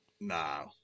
Nah